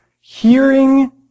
hearing